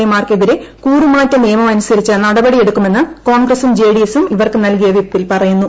A മാർക്കെതിരെ കൂറുമാറ്റ നിയമമനുസരിച്ച് നടപടി എടുക്കുമെന്ന് കോൺഗ്രസും ജെഡിഎസും ഇവർക്ക് നൽകിയ വിപ്പിൽ പറയുന്നു